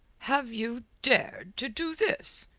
have you dared to do this?